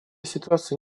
ситуация